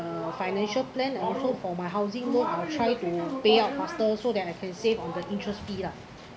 uh financial plan and also for my housing loan I'll try to payout faster so that I can save on the interest fee lah